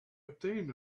obtain